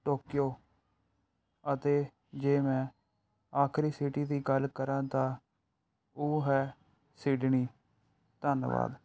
Tokyo ਅਤੇ ਜੇ ਮੈਂ ਆਖਰੀ ਸਿਟੀ ਦੀ ਗੱਲ ਕਰਾਂ ਤਾਂ ਉਹ ਹੈ ਸਿਡਨੀ ਧੰਨਵਾਦ